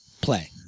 play